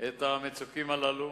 את המצוקים הללו.